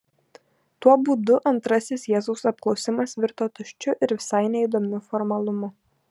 tuo būdu antrasis jėzaus apklausimas virto tuščiu ir visai neįdomiu formalumu